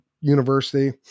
university